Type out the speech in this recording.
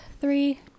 Three